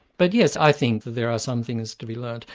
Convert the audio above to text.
but yes, i think that there are some things to be learnt.